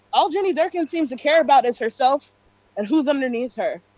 all jenny durkan seems to care about is herself and who is underneath her.